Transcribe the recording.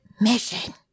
mission